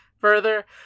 further